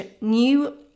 new